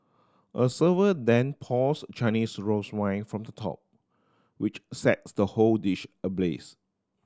a server then pours Chinese rose wine from the top which sets the whole dish ablaze